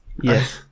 yes